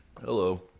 hello